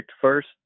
first